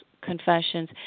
confessions